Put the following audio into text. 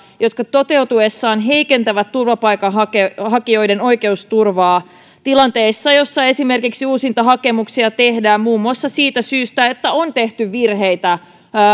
jotka toteutuessaan heikentävät turvapaikanhakijoiden oikeusturvaa tilanteessa jossa esimerkiksi uusintahakemuksia tehdään muun muassa siitä syystä että on tehty virheitä